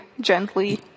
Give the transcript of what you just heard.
gently